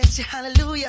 Hallelujah